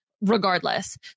regardless